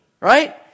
right